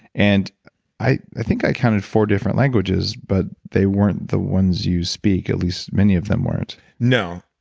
and i i think i counted four different languages but they weren't the ones you speak, at least many of them weren't no.